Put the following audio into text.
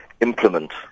implement